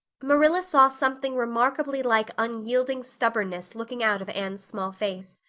marilla saw something remarkably like unyielding stubbornness looking out of anne's small face.